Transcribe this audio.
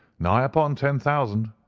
nigh upon ten thousand,